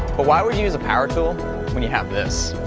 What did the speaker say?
why would you use a power tool when you have this?